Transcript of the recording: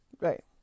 Right